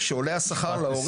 שעולה השכר להורים.